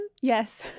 Yes